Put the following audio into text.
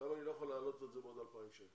למה אני לא יכול להעלות לו את זה בעוד 2,000 שקלים?